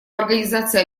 организации